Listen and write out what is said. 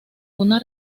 una